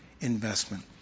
investment